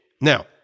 Now